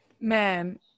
man